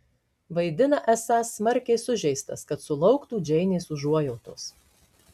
vaidina esąs smarkiai sužeistas kad sulauktų džeinės užuojautos